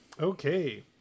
Okay